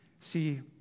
See